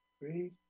breathe